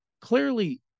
Clearly